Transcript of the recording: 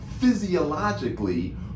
physiologically